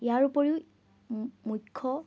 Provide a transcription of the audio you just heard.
ইয়াৰ উপৰিও মুখ্য